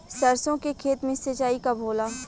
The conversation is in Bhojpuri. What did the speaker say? सरसों के खेत मे सिंचाई कब होला?